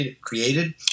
created